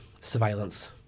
surveillance